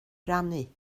rannu